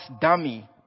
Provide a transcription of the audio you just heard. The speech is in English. dummy